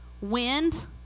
wind